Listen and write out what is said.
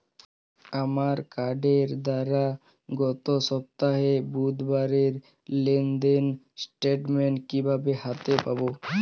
আমার কার্ডের দ্বারা গত সপ্তাহের বুধবারের লেনদেনের স্টেটমেন্ট কীভাবে হাতে পাব?